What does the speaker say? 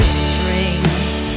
strings